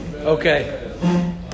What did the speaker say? Okay